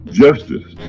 justice